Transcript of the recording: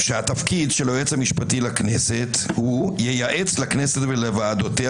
שהתפקיד של היועץ המשפטי לכנסת "ייעץ לכנסת ולועדותיה